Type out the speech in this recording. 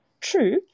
true